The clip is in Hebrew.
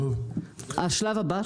השלב הבא,